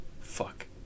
Fuck